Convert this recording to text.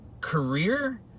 career